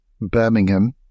Birmingham